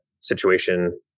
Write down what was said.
situation